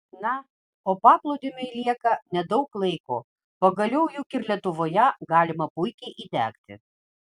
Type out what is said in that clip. na o paplūdimiui lieka nedaug laiko pagaliau juk ir lietuvoje galima puikiai įdegti